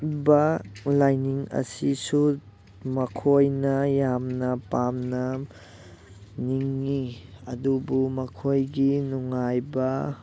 ꯕ ꯂꯥꯏꯅꯤꯡ ꯑꯁꯤꯁꯨ ꯃꯈꯣꯏꯅ ꯌꯥꯝꯅ ꯄꯥꯝꯅ ꯅꯤꯡꯉꯤ ꯑꯗꯨꯕꯨ ꯃꯈꯣꯏꯒꯤ ꯅꯨꯡꯉꯥꯏꯕ